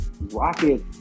Rocket